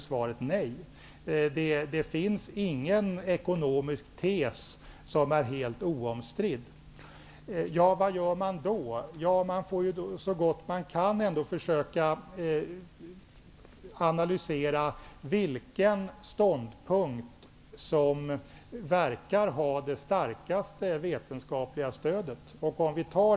Svaret är nej. Det finns ingen ekonomisk tes som är helt oomstridd. Vad gör man då? Ja, man får så gott man kan försöka analysera vilken ståndpunkt som verkar ha det starkaste vetenskapliga stödet.